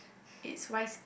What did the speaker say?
it's rice